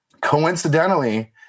Coincidentally